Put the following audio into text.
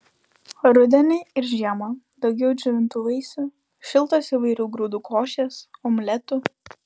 rudenį ir žiemą daugiau džiovintų vaisių šiltos įvairių grūdų košės omletų